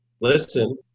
listen